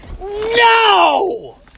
no